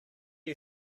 you